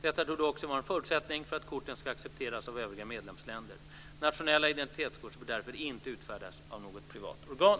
Detta torde också vara en förutsättning för att korten ska accepteras av övriga medlemsländer. Nationella identitetskort bör därför inte utfärdas av något privat organ.